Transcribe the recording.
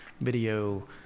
video